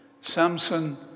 Samson